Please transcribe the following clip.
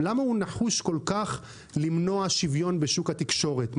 למה הוא נחוש כל כך למנוע שוויון בשוק התקשורת?